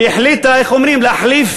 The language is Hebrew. שהחליטה, איך אומרים, להחליף